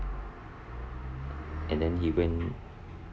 and then he went